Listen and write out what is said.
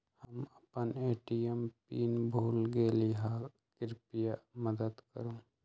हम अपन ATM pin भूल गेली ह, कृपया मदत करू